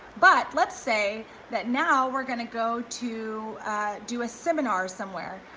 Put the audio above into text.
but let's say that now we're gonna go to do a seminar somewhere,